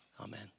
Amen